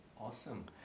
Awesome